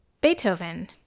Beethoven